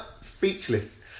Speechless